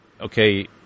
Okay